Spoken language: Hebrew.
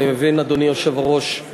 אדוני היושב-ראש,